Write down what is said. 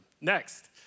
Next